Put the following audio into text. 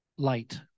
light